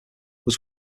was